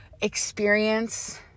experience